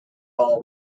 all